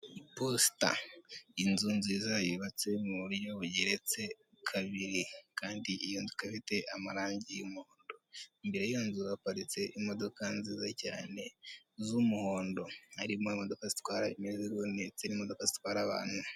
Iposita, inzu nziza yubatse mu buryo bugeretse kabiri kandi iyo nzu ikaba ifite amarangi y'umuhondo, imbere y'iyo nzu haparitse imodoka nziza cyane z'umuhondo, harimo imodoka zitwara imizigo ndetse n'imodoka zitwara abantu.